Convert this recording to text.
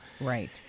Right